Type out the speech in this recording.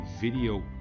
video